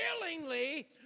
willingly